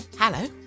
Hello